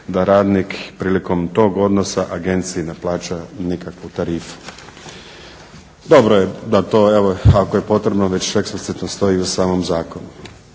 da radnik prilikom tog odnosa agenciji ne plaća nikakvu tarifu. Dobro da to, ako je potrebno već eksplicitno stoji u samom zakonu.